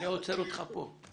אני עוצר אותך כאן.